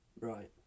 Right